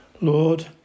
Lord